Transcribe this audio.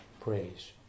praise